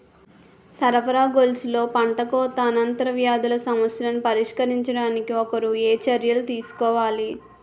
సరఫరా గొలుసులో పంటకోత అనంతర వ్యాధుల సమస్యలను పరిష్కరించడానికి ఒకరు ఏ చర్యలు తీసుకోవాలి?